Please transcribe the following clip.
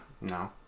No